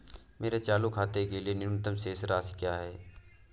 मेरे चालू खाते के लिए न्यूनतम शेष राशि क्या है?